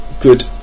good